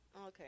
Okay